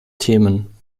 themen